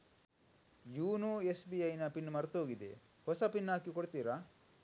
YONO SBI ನ PIN ಮರ್ತೋಗಿದೆ ಹೊಸ ಪಿನ್ ಹಾಕಿ ಕೊಡ್ತೀರಾ?